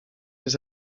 jest